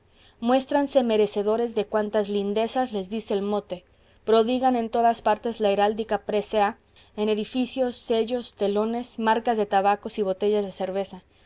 muéstranse merecedores de cuantas lindezas les dice el mote prodigan en todas partes la heráldica presea en edificios sellos telones marcas de tabacos y botellas de cerveza